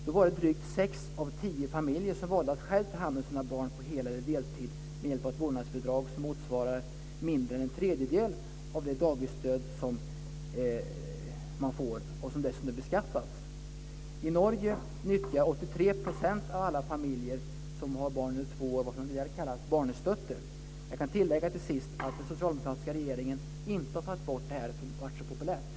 Då var det drygt sex av tio familjer som valde att själva ta hand om sina barn på hel eller deltid med hjälp av ett vårdnadsbidrag som motsvarar mindre än en tredjedel av det dagisstöd som man får och som dessutom beskattades. I Norge nyttjar 83 % av alla familjer som har barn under två år vad som där kallas barnestötte. Jag kan till sist tillägga att den socialdemokratiska regeringen inte har tagit bort det, eftersom det har varit så populärt.